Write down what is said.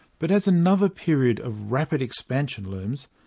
but as another period of rapid expansion looms,